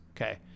Okay